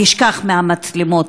וישכח מהמצלמות,